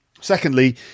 Secondly